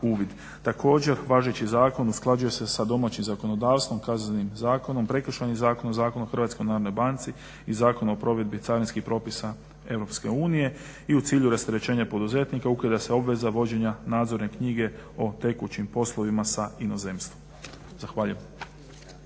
Također važeći zakon usklađuje se sa domaćim zakonodavstvom, Kaznenim zakonom, Prekršajnim zakonom, Zakonom o Hrvatskoj narodnoj banci i Zakonom o provedbi carinskih propisa Europske unije i u cilju rasterećenja poduzetnika ukida se obveza vođenja nadzorne knjige o tekućim poslovima sa inozemstvom. Zahvaljujem.